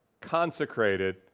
consecrated